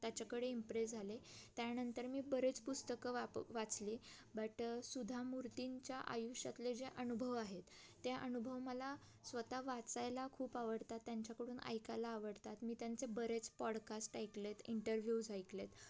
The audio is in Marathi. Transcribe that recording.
त्याच्याकडे इम्प्रेस झाले त्यानंतर मी बरेच पुस्तकं वाप वाचली बट सुधा मूर्तींच्या आयुष्यातले जे अनुभव आहेत त्या अनुभव मला स्वत वाचायला खूप आवडतात त्यांच्याकडून ऐकायला आवडतात मी त्यांचे बरेच पॉडकास्ट ऐकले आहेत इंटरव्ह्यूज ऐकले आहेत